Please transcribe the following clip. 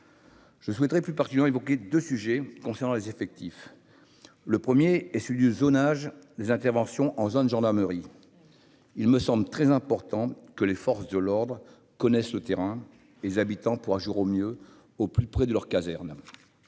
Je souhaiterais plus partisans évoquer 2 sujets concernant les effectifs, le 1er est celui du zonage, les interventions en zone gendarmerie, il me semble très important que les forces de l'ordre connaissent le terrain, les habitants pour agir au mieux, au plus près de leur caserne,